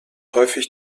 häufig